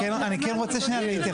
אני כן רוצה שנייה להתייחס.